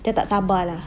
saya tak sabar lah